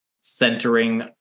centering